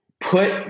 put